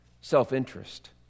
self-interest